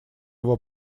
его